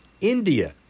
India